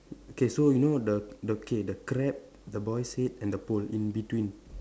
okay so you know the the okay the crab the boy's head and the pole in between